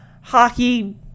hockey